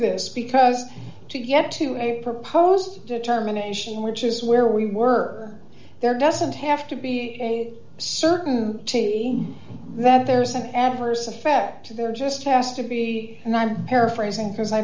this because to get to a proposed determination which is where we were there doesn't have to be a certain way that there's an adverse effect or there just has to be and i'm paraphrasing because i